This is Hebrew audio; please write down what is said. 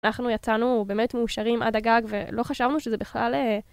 אנחנו יצאנו באמת מאושרים עד הגג, ולא חשבנו שזה בכלל...